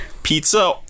Pizza